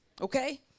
Okay